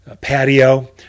patio